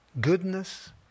goodness